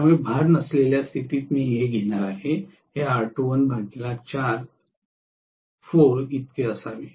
त्यामुळे भार नसलेल्या स्थितीत मी हे घेणार आहे हे R2l4 असावे